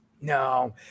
No